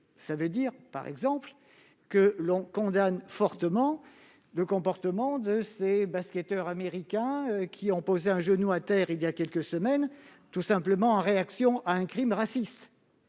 cela signifie, par exemple, que l'on condamne totalement le comportement de ces basketteurs américains qui ont posé un genou à terre, il y a quelques semaines, en réaction à un crime raciste.